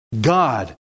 God